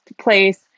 place